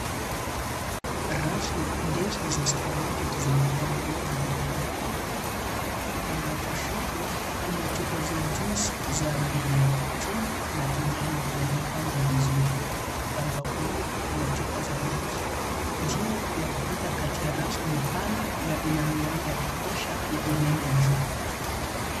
Rafu ndefu za supermarket zimejaa vinywaji vya aina mbalimbali. Upande wa kushoto kuna chupa za juice za rangi ya chungwa na kijani yaliyopangwa vizuri. Upande wa kulia kuna chupa za maji. Njia ya kupita kati ya rafu ni pana na ina miwanga ya kutosha ya umeme juu.